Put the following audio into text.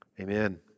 Amen